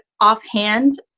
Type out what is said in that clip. offhand